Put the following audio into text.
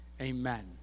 Amen